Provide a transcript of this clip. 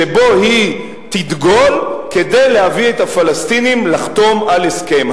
שבו היא תדגול כדי להביא את הפלסטינים לחתום על הסכם.